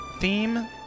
theme